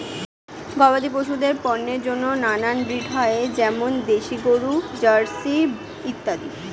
গবাদি পশুদের পণ্যের জন্য নানান ব্রিড হয়, যেমন দেশি গরু, জার্সি ইত্যাদি